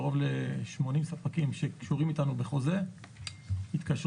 קרוב ל-80 ספקים שקשורים איתנו בחוזה התקשרות,